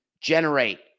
generate